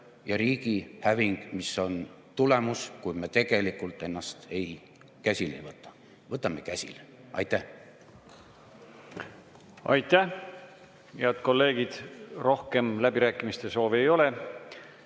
ja riigi häving, mis on tagajärg, kui me tegelikult ennast käsile ei võta. Võtame käsile! Aitäh! Aitäh! Head kolleegid, rohkem läbirääkimiste soovi ei ole.